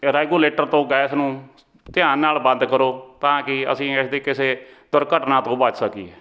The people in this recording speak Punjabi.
ਰੈਗੂਲੇਟਰ ਤੋਂ ਗੈਸ ਨੂੰ ਧਿਆਨ ਨਾਲ ਬੰਦ ਕਰੋ ਤਾਂ ਕਿ ਅਸੀਂ ਇਸਦੀ ਕਿਸੇ ਦੁਰਘਟਨਾ ਤੋਂ ਬਚ ਸਕੀਏ